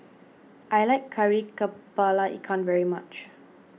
I like Kari Kepala Ikan very much